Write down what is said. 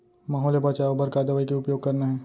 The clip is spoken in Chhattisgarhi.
माहो ले बचाओ बर का दवई के उपयोग करना हे?